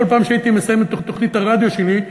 כל פעם שהייתי מסיים את תוכנית הרדיו שלי,